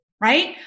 right